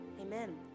Amen